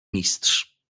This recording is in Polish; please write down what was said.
mistrz